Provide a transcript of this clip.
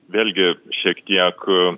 vėlgi šiek tiek